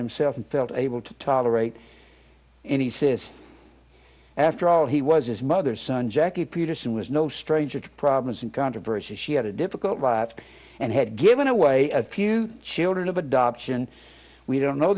himself and felt able to tolerate any says after all he was his mother's son jackie peterson was no stranger to problems and controversy she had a difficult lot and had given away a few children of adoption we don't know